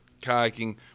kayaking